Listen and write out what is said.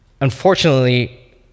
unfortunately